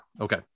Okay